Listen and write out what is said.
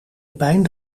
pijn